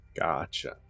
Gotcha